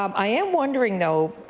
um i am wondering though